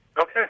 Okay